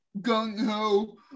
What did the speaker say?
gung-ho